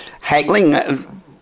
haggling